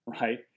right